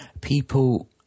people